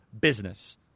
business